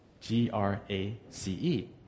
G-R-A-C-E